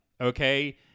Okay